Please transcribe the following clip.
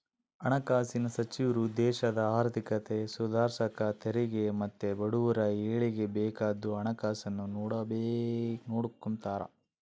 ಹಣಕಾಸಿನ್ ಸಚಿವ್ರು ದೇಶದ ಆರ್ಥಿಕತೆ ಸುಧಾರ್ಸಾಕ ತೆರಿಗೆ ಮತ್ತೆ ಬಡವುರ ಏಳಿಗ್ಗೆ ಬೇಕಾದ್ದು ಹಣಕಾಸುನ್ನ ನೋಡಿಕೆಂಬ್ತಾರ